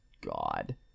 god